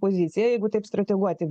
pozicija jeigu taip strateguoti